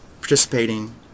participating